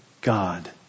God